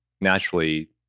Naturally